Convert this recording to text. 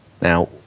Now